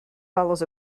follows